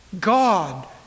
God